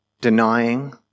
denying